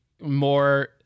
more